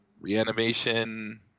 reanimation